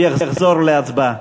הוא יחזור להצבעה.